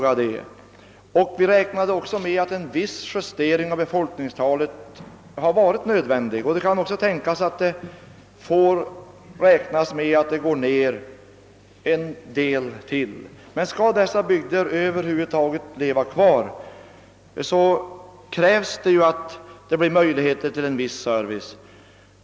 Vi i Norrbotten räknar också med att en viss justering av befolkningstalet har varit nödvändig och att det kanske även måste minska ytterligare något. Men om bygderna över huvud taget skall kunna fortleva krävs det vissa möjligheter till service.